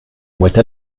boîte